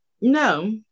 No